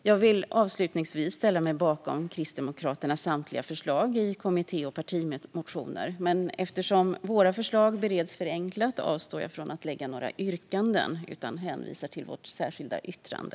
Jag vill avslutningsvis ställa mig bakom Kristdemokraternas samtliga förslag i kommitté och partimotioner. Eftersom våra förslag bereds förenklat avstår jag dock från yrkanden utan hänvisar till vårt särskilda yttrande.